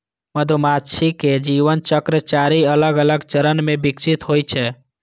मधुमाछीक जीवन चक्र चारि अलग अलग चरण मे विकसित होइ छै